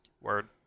Word